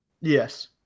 Yes